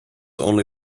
only